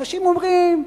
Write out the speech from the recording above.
אנשים אומרים: